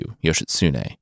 Yoshitsune